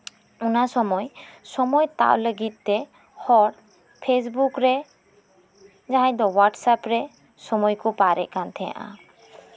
ᱚᱱᱟ ᱥᱚᱢᱚᱭ ᱥᱚᱢᱚᱭ ᱛᱟᱵ ᱞᱟᱹᱜᱤᱫ ᱛᱮ ᱦᱚᱲ ᱯᱷᱮᱹᱥᱵᱩᱠ ᱨᱮ ᱡᱟᱦᱟᱸᱭ ᱫᱚ ᱦᱚᱹᱣᱟᱴᱥᱮᱯ ᱨᱮ ᱥᱚᱢᱚᱭ ᱠᱚ ᱯᱟᱨᱮᱫ ᱠᱟᱱ ᱛᱟᱦᱮᱸᱱᱟ